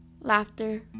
Laughter